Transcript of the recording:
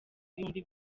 ibihumbi